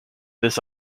this